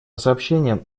сообщениям